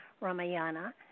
Ramayana